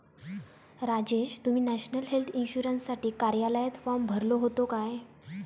राजेश, तुम्ही national health इन्शुरन्ससाठी कार्यालयात फॉर्म भरलो होतो काय?